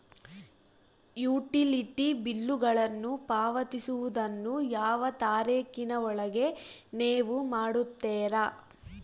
Utility ಬಿಲ್ಲುಗಳನ್ನು ಪಾವತಿಸುವದನ್ನು ಯಾವ ತಾರೇಖಿನ ಒಳಗೆ ನೇವು ಮಾಡುತ್ತೇರಾ?